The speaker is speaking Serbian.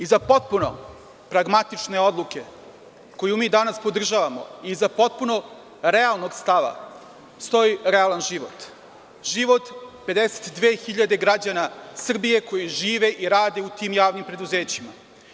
Iza potpuno pragmatične odluke koje mi danas podržavamo, iza potpuno realnog stava, stoji realan život, život 52.000 građana Srbije koji žive i rade u tim javnim preduzećima.